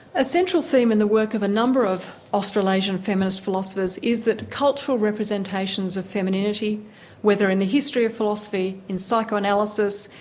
a central theme in the work of a number of australasian feminist philosophers is that cultural representations of femininity whether in the history of philosophy, in psychoanalysis,